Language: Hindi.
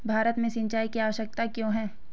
भारत में सिंचाई की आवश्यकता क्यों है?